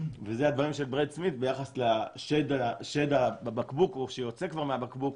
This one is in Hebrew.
וזה הדברים שבראד סמית' ביחס לשד בבקבוק או שיוצא כבר מהבקבוק.